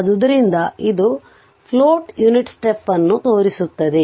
ಆದ್ದರಿಂದ ಇದು plot unit step ಅನ್ನು ತೋರಿಸುತ್ತದೆ